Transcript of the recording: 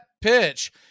pitch